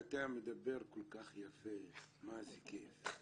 אתה מדבר כל כך יפה, מה זה כיף,